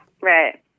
Right